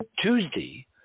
Tuesday